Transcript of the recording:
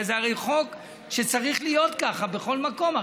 זה הרי חוק שצריך להיות ככה בכל מקום.